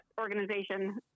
organization